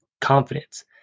confidence